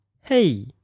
hey